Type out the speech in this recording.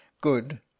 Good